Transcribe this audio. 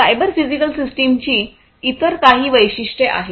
cyber physical सिस्टमची इतर काही वैशिष्ट्ये आहेत